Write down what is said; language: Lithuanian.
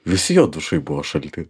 visi jo dušai buvo šalty